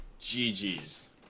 GG's